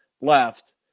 left